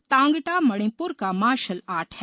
तांग टा मणिपुर का martial art है